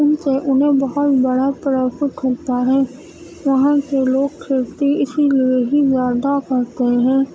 ان سے انہیں بہت بڑا پرافٹ ہوتا ہے وہاں کے لوگ کھیتی اسی لیے ہی زیادہ کرتے ہیں